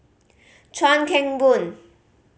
Chuan Keng Boon